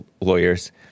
lawyers